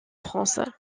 france